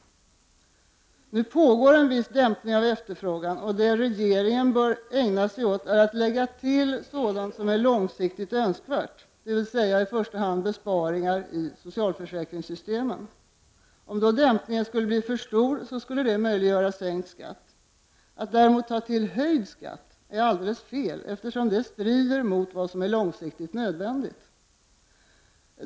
Det pågår en viss dämpning av efterfrågan och det regeringen bör ägna sig åt är att lägga till sådant som är långsiktigt önskvärt, dvs. i första hand besparingar i socialförsäkringssystemen. Om då dämpningen skulle bli för stor så skulle det möjliggöra sänkt skatt. Att däremot ta till höjd skatt är alldeles fel, eftersom det strider mot vad som är långsiktigt nödvändigt.